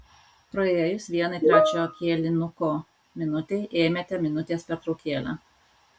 praėjus vienai trečiojo kėlinuko minutei ėmėte minutės pertraukėlę